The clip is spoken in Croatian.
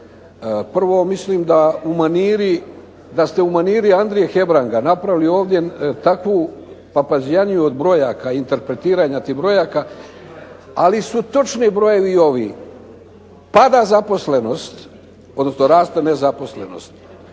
Prvo mislim da ste u maniri Andrije Hebranga napravili ovdje takvu papazijaniju od brojaka, interpretiranja tih brojaka, ali su točni brojevi i ovi, pada zaposlenost odnosno raste nezaposlenost,